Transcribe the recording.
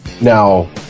Now